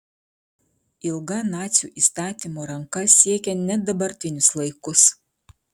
ilga nacių įstatymo ranka siekia net dabartinius laikus